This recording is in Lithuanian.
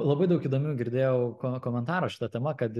labai daug įdomių girdėjau ko komentarų šita tema kad